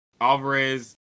Alvarez